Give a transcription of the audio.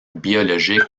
biologiques